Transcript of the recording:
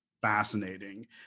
fascinating